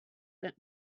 that